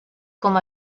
com